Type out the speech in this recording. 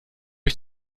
ich